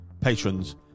patrons